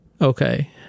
Okay